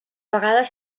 vegades